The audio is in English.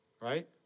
right